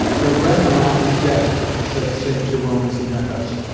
your grandmamma is dead, said st. jerome as he met us.